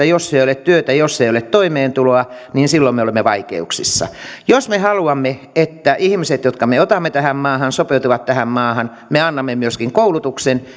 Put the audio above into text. jos ei ole työtä jos ei ole toimeentuloa niin silloin me olemme vaikeuksissa jos me haluamme että ihmiset jotka me otamme tähän maahan sopeutuvat tähän maahan me annamme myöskin koulutuksen